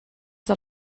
del